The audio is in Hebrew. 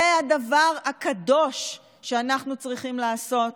זה הדבר הקדוש שאנחנו צריכים לעשות